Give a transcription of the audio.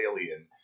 alien